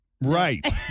Right